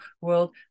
world